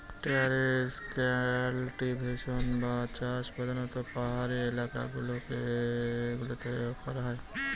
terrace cultivation বা চাষ প্রধানত পাহাড়ি এলাকা গুলোতে করা হয়